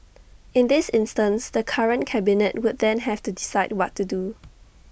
in this instance the current cabinet would then have to decide what to do